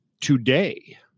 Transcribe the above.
Today